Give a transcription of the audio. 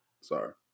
Sorry